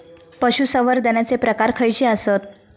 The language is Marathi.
पशुसंवर्धनाचे प्रकार खयचे आसत?